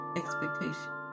expectation